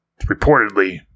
reportedly